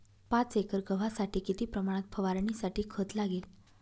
पाच एकर गव्हासाठी किती प्रमाणात फवारणीसाठी खत लागेल?